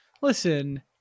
listen